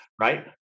right